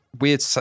weird